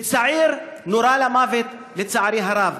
וצעיר נורה למוות, לצערי הרב.